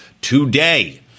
today